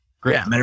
Great